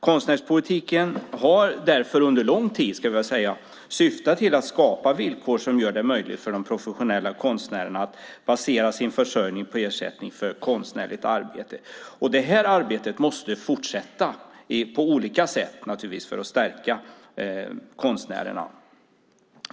Konstnärspolitiken har därför under lång tid syftat till att skapa villkor som gör det möjligt för de professionella konstnärerna att basera sin försörjning på ersättning för konstnärligt arbete. Detta arbete måste naturligtvis fortsätta på olika sätt för att stärka konstnärerna.